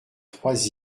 trois